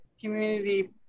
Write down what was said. community